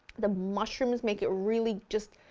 the mushrooms make it really just